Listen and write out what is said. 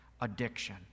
addiction